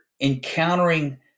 encountering